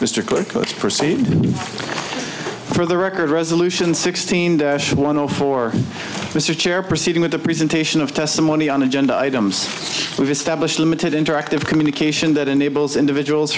good coach perceived for the record resolution sixteen one zero four mr chair proceeding with the presentation of testimony on agenda items we've established limited interactive communication that enables individuals